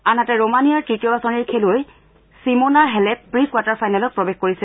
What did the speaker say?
আনহাতে ৰোমানিয়াৰ তৃতীয় বাচনিৰ খেলুৱৈ ছিমোনা হেলেপ প্ৰী কোৱাৰ্টাৰ ফাইনেলত প্ৰৱেশ কৰিছে